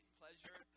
pleasure